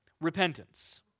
repentance